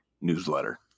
newsletter